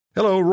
Hello